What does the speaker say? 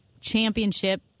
championship